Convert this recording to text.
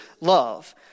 love